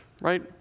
right